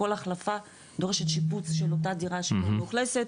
כל החלפה דורשת שיפוץ של אותה דירה שמאוכלסת